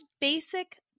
basic